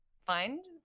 find